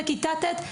בכיתה ט׳,